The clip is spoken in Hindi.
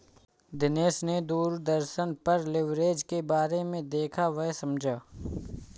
दिनेश ने दूरदर्शन पर लिवरेज के बारे में देखा वह समझा